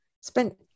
Spent